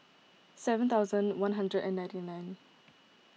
seven thousand one hundred and ninety nine